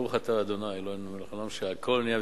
ברוך אתה ה' אלוהינו מלך העולם שהכול נהיה בדברו.